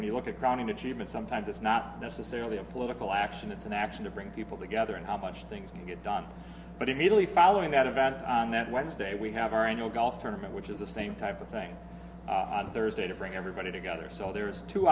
when you look at crowning achievement sometimes it's not necessarily a political action it's an action to bring people together and how much things get done but immediately following that event on that wednesday we have our annual golf tournament which is the same type of thing on thursday to bring everybody together so there's two